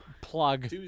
plug